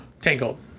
Tangled